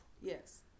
Yes